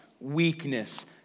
weakness